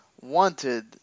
wanted